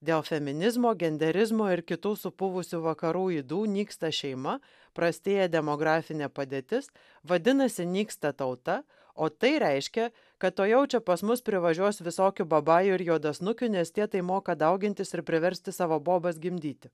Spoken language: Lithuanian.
dėl feminizmo genderizmo ir kitų supuvusių vakarų ydų nyksta šeima prastėja demografinė padėtis vadinasi nyksta tauta o tai reiškia kad tuojau čia pas mus privažiuos visokių babajų ir juodasnukių nes tie tai moka daugintis ir priversti savo bobas gimdyti